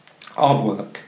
artwork